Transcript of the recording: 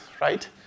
right